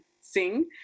sing